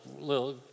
little